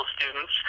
students